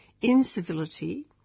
incivility